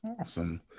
Awesome